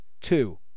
two